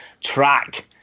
track